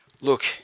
Look